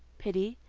pity,